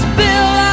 bill